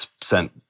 sent